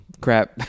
crap